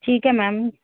ਠੀਕ ਹੈ ਮੈਮ